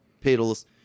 pedals